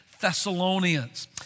Thessalonians